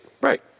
Right